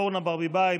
אורנה ברביבאי,